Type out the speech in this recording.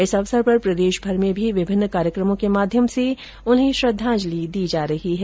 इस अवसर पर प्रदेशभर में भी विभिन्न कार्यक्रमों के माध्यम से उन्हें श्रद्धाजलि दी जा रही है